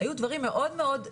היו דברים מאוד מאוד,